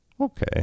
okay